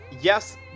yes